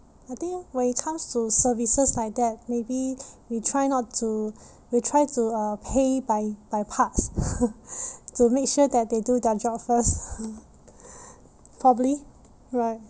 I think when it comes to services like that maybe we try not to we try to uh pay by by parts to make sure that they do their job first properly right